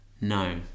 No